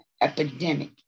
epidemic